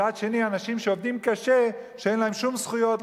מצד שני אנשים שעובדים קשה ואין להם שום זכויות,